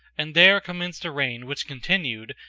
and there commenced a reign which continued,